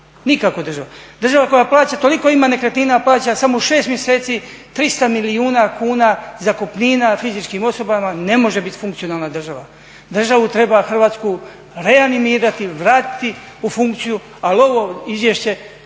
nikako država. Država koja plaća, toliko ima nekretnina plaća samo 6 mjeseci 300 milijuna kuna zakupnina fizičkim osobama ne može biti funkcionalna država. Državu treba Hrvatsku reanimirati, vratiti u funkciju ali ovo izvješće